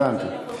הבנתי.